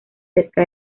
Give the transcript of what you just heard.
cerca